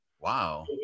Wow